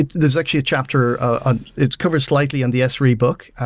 there's actually a chapter ah its covered slightly in the yeah sre book,